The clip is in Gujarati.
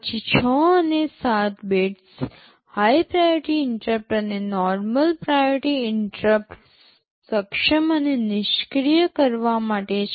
પછી ૬ અને ૭ બિટ્સ હાઇ પ્રાયોરિટી ઇન્ટરપ્ટ અને નોર્મલ પ્રાયોરિટી ઇન્ટરપ્ટ સક્ષમ અને નિષ્ક્રિય કરવા માટે છે